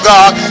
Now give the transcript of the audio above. God